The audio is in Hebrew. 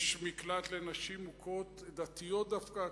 יש מקלט לנשים מוכות דתיות דווקא,